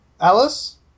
Alice